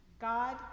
God